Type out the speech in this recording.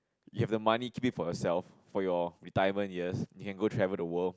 you have the money keep it for yourself for your retirement yes you can go travel the world